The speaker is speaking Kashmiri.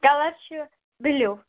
کَلر چھُ بِلیٛوٗ